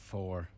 Four